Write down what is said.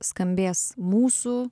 skambės mūsų